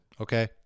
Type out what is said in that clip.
okay